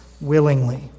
willingly